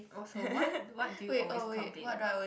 oh so what what do you always complain about